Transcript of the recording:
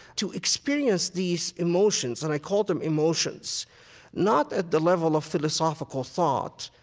to experience these emotions and i call them emotions not at the level of philosophical thought,